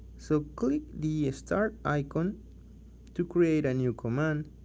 so click the start icon to create a new command,